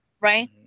Right